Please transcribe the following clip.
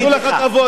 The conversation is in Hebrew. אתה יודע מה,